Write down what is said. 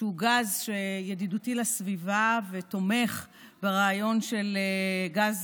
שהוא גז שהוא ידידותי לסביבה ותומך ברעיון של גז